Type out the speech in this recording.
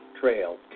Trail